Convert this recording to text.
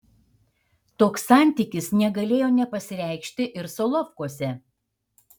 toks santykis negalėjo nepasireikšti ir solovkuose